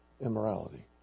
immorality